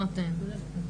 כרגע.